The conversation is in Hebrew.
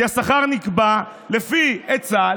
כי השכר נקבע לפי היצע,